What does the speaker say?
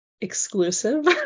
exclusive